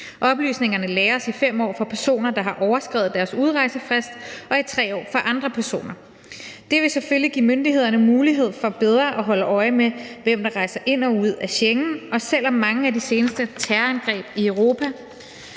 Oplysningerne lagres i 5 år for personer, der har overskredet deres udrejsefrist, og i 3 år for andre personer. Det vil selvfølgelig give myndighederne mulighed for bedre at holde øje med, hvem der rejser ind og ud af Schengen. Og selv om mange af de seneste terrorangreb i Europa